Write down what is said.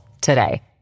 today